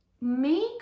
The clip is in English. make